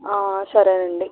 సరే అండి